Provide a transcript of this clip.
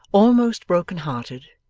almost broken-hearted,